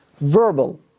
verbal